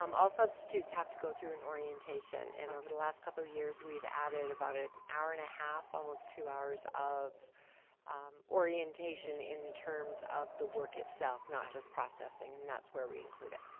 um all substitutes have to go through an orientation and over the last couple of years, we've added about an hour and a half, almost two hours of orientation in terms of the work itself, not just processing and that's where we include it.